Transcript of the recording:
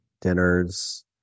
dinners